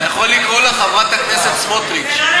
אתה יכול לקרוא לה חברת הכנסת סמוטריץ.